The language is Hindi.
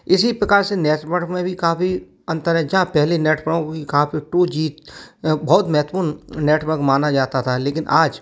इसी प्रकार से नेटवर्क में भी काफ़ी अंतर है जहाँ पहले नेटवर्क कहाँ पर टू जी बहुत महत्वपूर्ण नेटवर्क माना जाता था लेकिन आज